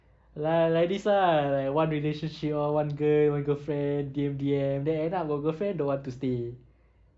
lah like this lah like want relationship all want girl want girlfriend D_M D_M then end up got girlfriend don't want to stay